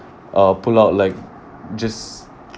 uh pull out like just